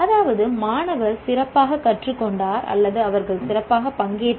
அதாவது மாணவர் சிறப்பாகக் கற்றுக்கொண்டார் அல்லது அவர்கள் சிறப்பாக பங்கேற்றனர்